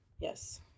Yes